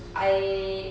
I